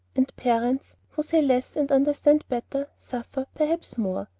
and parents, who say less and understand better, suffer, perhaps, more.